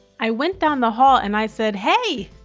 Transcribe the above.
i went down the hall and i said, hey!